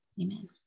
Amen